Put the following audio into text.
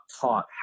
taught